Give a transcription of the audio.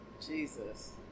Jesus